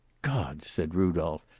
god! said rudolph.